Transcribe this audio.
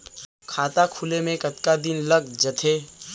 खाता खुले में कतका दिन लग जथे?